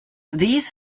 these